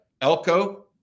Elko